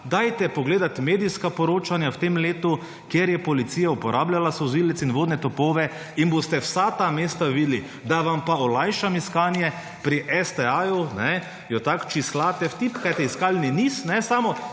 – poglejte medijska poročanja v tem letu, kjer je policija uporabljala solzivec in vodne topove in boste vsa ta mesta videli. Da vam pa olajšam iskanje, pri STA je tak, če odtipkate, iskalni niz, ne sam